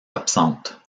absentes